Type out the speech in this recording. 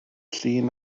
llun